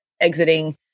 exiting